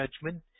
judgment